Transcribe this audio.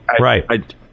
Right